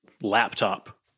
Laptop